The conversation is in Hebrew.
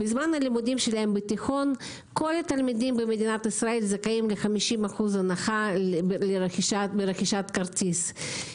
בזמן לימודיהם בתיכון כל התלמידים זכאים ל-50% הנחה ברכישת כרטיס,